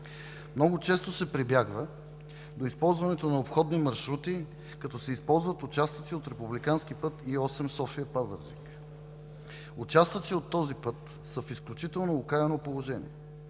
Много често се прибягва до използването на обходни маршрути, като се използват участъци от републикански път I-8 София – Пазарджик. Участъци от този път са в изключително окаяно положение,